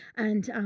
and, um.